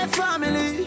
family